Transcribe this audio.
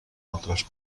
altres